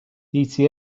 eta